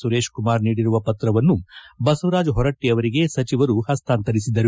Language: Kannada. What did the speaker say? ಸುರೇಶ ಕುಮಾರ್ ನೀಡಿರುವ ಪತ್ರವನ್ನು ಬಸವರಾಜ ಹೊರಟ್ಟಿ ಅವರಿಗೆ ಸಚಿವರು ಹಸ್ತಾಂತರಿಸಿದರು